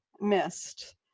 missed